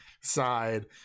side